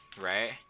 right